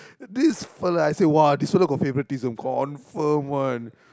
this fellow I saw !wow! this fellow got favouritism confirm one